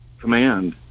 command